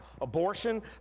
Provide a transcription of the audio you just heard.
Abortion